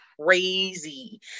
crazy